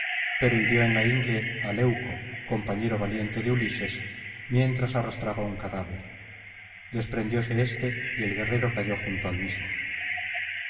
pero hirió en la ingle á leuco compañero valiente de ulises mientras arrastraba un cadáver desprendióse éste y el guerrero cayó junto al mismo